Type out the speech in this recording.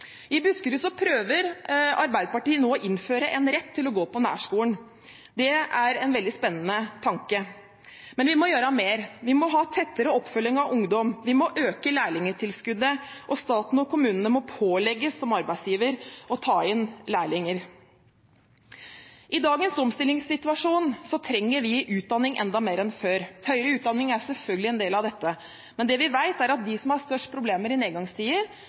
I Buskerud prøver Arbeiderpartiet nå å innføre en rett til å gå på nærskolen. Det er en veldig spennende tanke. Men vi må gjøre mer. Vi må ha tettere oppfølging av ungdom, vi må øke lærlingtilskuddet, og stat og kommune må som arbeidsgiver pålegges å ta inn lærlinger. I dagens omstillingssituasjon trenger vi utdanning enda mer enn før. Høyere utdanning er selvfølgelig en del av dette. Men det vi vet, er at de som har størst problemer i nedgangstider,